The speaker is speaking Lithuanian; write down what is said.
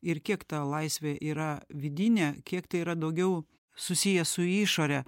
ir kiek ta laisvė yra vidinė kiek tai yra daugiau susiję su išore